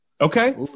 Okay